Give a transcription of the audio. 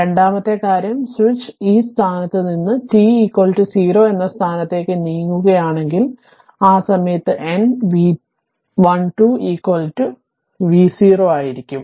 രണ്ടാമത്തെ കാര്യം സ്വിച്ച് ഈ സ്ഥാനത്ത് നിന്ന് t 0 എന്ന സ്ഥാനത്തേക്ക് നീങ്ങുന്നുവെങ്കിൽ ആ സമയത്ത് n v12 v0 ആയിരിക്കും